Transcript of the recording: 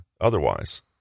otherwise